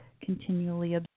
continually